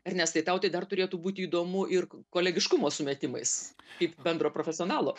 ernestai tau tai dar turėtų būti įdomu ir kolegiškumo sumetimais kaip bendro profesionalo